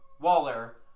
Waller